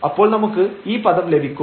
അപ്പോൾ നമുക്ക് ഈ പദം ലഭിക്കും